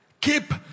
Keep